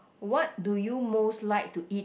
what do you most like to eat